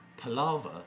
Palava